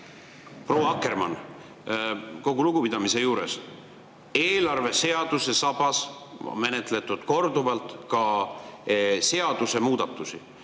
Proua Akkermann! Kogu lugupidamise juures, eelarveseaduse sabas on menetletud korduvalt ka seadusemuudatusi.